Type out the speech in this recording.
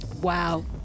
Wow